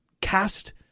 cast